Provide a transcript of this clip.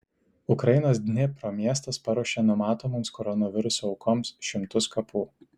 ukrainos dnipro miestas paruošė numatomoms koronaviruso aukoms šimtus kapų